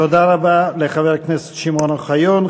תודה רבה לחבר הכנסת שמעון אוחיון.